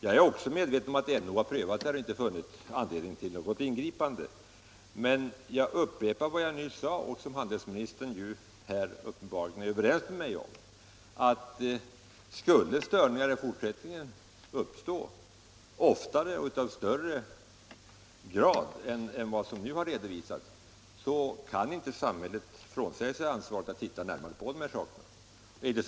Jag är också medveten om att NO har prövat kartellavtalet men inte funnit anledning till ingripanden, men jag upprepar vad jag nyss sade och som handelsministern uppenbarligen är överens med mig om: Skulle störningar i fortsättningen uppstå oftare och i högre grad än som nu har redovisats, då kan inte samhället frånsäga sig ansvaret att se närmare på dessa saker.